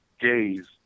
gays